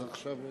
אז עכשיו,